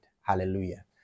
Hallelujah